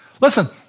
Listen